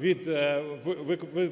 від